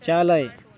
चालय